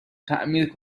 تعمیر